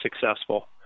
successful